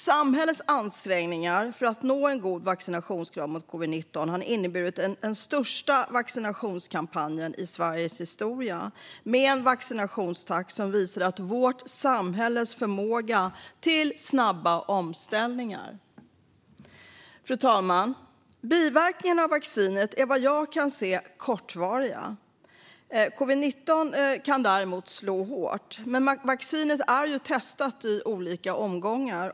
Samhällets ansträngningar för att nå en god vaccinationsgrad mot covid-19 har inneburit den största vaccinationskampanjen i Sveriges historia med en vaccinationstakt som visar vårt samhälles förmåga till snabba omställningar. Fru talman! Biverkningarna av vaccinet är vad jag kan se kortvariga. Covid-19 kan däremot slå hårt. Vaccinet är testat i olika omgångar.